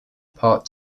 part